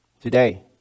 today